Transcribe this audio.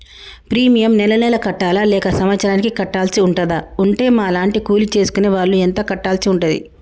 Premium నెల నెలకు కట్టాలా లేక సంవత్సరానికి కట్టాల్సి ఉంటదా? ఉంటే మా లాంటి కూలి చేసుకునే వాళ్లు ఎంత కట్టాల్సి ఉంటది?